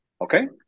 Okay